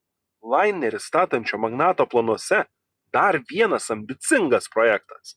lainerį statančio magnato planuose dar vienas ambicingas projektas